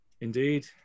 indeed